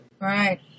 right